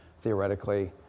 theoretically